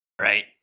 Right